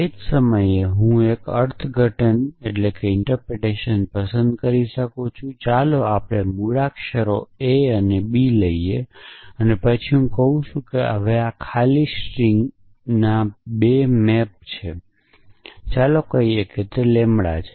તે જ સમયે હું એક અલગ અર્થઘટન પસંદ કરી શકું જે ચાલો આપણે મૂળાક્ષરો a અને b લઈએ અને પછી હું કહી શકું કે આ હવે ખાલી સ્ટ્રિંગના 2 મૅપ છે ચાલો કહી શકીએ કે તે લેમ્બડા છે